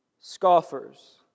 Scoffers